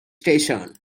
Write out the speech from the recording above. station